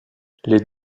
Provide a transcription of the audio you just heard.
les